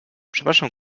przepraszam